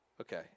Okay